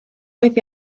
oedd